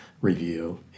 review